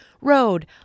road